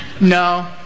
No